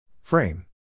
Frame